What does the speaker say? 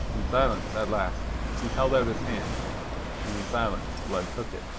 in silence, at last, he held out his hand and in silence blood took it.